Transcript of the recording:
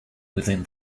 within